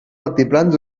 altiplans